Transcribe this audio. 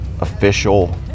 official